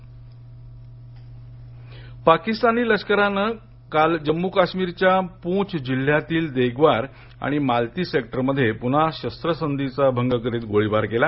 पाक गोळीबार पाकिस्तानी लष्करान काल जम्मू काश्मीरच्या पूंच जिल्ह्यातील देग्वार आणि मालती सेक्टर मध्ये पुन्हा शस्त्र संधीचा भंग करीत गोळीबार केला